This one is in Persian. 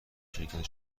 شرکت